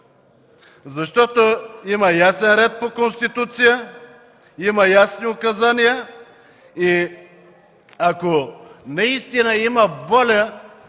защото има ясен ред по Конституция, има ясни указания. Ако наистина има воля